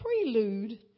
prelude